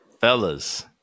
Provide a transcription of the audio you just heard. Fellas